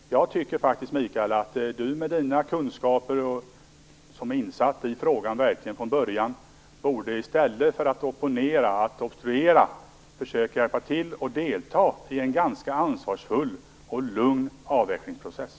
Jag tycker att Mikael Odenberg med sina kunskaper, som verkligen är insatt i frågan från början, i stället för att obstruera borde försöka hjälpa till och delta i en ansvarsfull och lugn avvecklingsprocess.